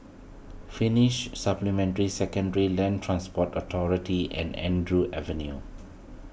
Finnish Supplementary Secondary Land Transport Authority and Andrew Avenue